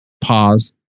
Pause